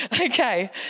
okay